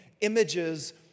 images